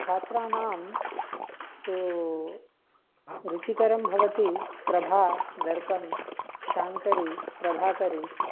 छात्रानां तू रुचिकरं भवति प्रभा दर्पन् शाङ्करी प्रभाकरी